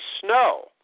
Snow